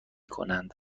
کنند